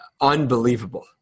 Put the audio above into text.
unbelievable